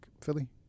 philly